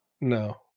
no